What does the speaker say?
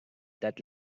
that